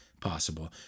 possible